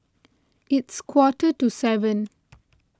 its quarter to seven